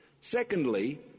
Secondly